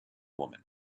woman